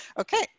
Okay